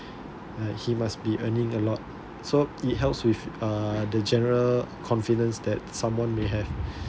and he must be earning a lot so it helps with uh the general confidence that someone may have